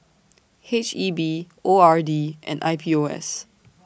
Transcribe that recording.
H E B O R D and I P O S